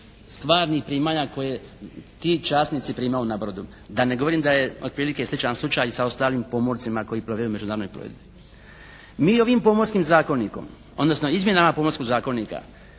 stvarnih primanja koja ti časnici primaju na brodu da ne govorim da je otprilike sličan slučaj sa ostalim pomorcima koji plove u međunarodnoj plovidbi. Mi ovim Pomorskim zakonikom, odnosno izmjenama Pomorskog zakonika